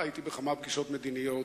הבאה,